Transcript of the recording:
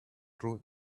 true